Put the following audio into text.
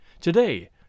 Today